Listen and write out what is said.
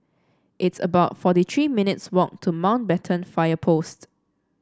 it's about forty three minutes' walk to Mountbatten Fire Post